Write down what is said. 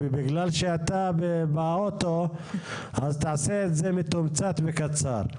בגלל שאתה באוטו אז תעשה את זה מתומצת וקצר.